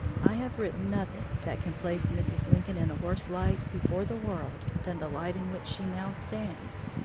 i have written nothing that can place mrs. lincoln in a worse light before the world than the light in which she now stands,